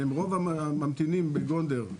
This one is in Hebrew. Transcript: והם רוב הממתינים בגונדר,